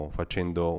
facendo